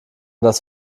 das